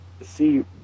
See